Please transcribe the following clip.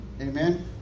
Amen